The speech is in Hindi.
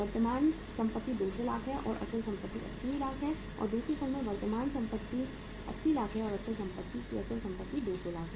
वर्तमान संपत्ति 200 लाख है और अचल संपत्ति 80 लाख है और दूसरी फर्म में मौजूदा संपत्ति 80 लाख और अचल संपत्ति की अचल संपत्ति 200 लाख है